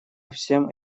всем